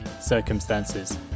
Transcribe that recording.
circumstances